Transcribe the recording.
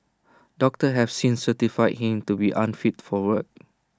doctors have since certified him to be unfit for work